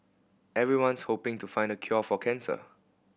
everyone's hoping to find the cure for cancer